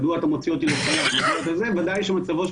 מדוע הוא מוציא אותו לחל"ת ודאי שמצבו של